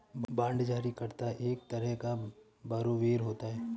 bond जारी करता एक तरह का बारोवेर होता है